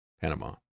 Panama